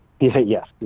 Yes